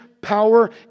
power